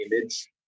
image